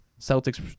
Celtics